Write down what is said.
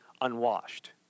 unwashed